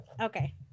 Okay